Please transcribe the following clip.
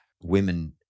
women